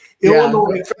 Illinois